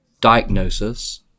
diagnosis